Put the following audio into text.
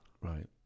Right